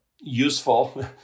useful